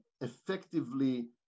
effectively